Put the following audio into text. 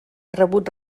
rebut